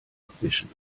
abwischen